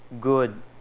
good